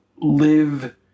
live